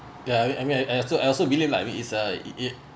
ya I mean I I also I also believe lah I mean is uh it